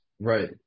Right